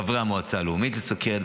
חברי המועצה הלאומית לסוכרת,